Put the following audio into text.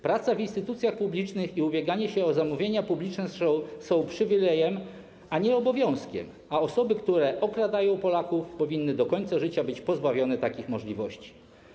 Praca w instytucjach publicznych i ubieganie się o zamówienia publiczne są przywilejem, a nie obowiązkiem, a osoby, które okradają Polaków, powinny do końca życia być pozbawione takich możliwości.